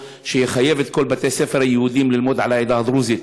שיחייב את כל בתי-הספר היהודיים ללמוד על העדה דרוזית.